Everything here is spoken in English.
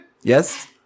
Yes